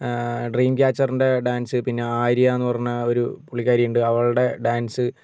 dream ക്യാച്ചറിൻ്റെ dance പിന്നെ ആര്യന്ന് പറഞ്ഞ ഒരു പുള്ളിക്കാരിയുണ്ട് അവളുടെ ഡാൻസ്